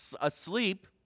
asleep